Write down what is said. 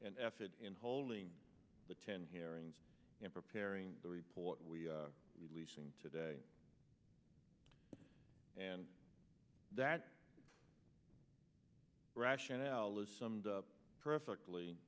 and effort in holding the ten hearings in preparing the report we releasing today and that rationale is summed up perfectly